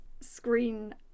screen